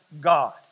God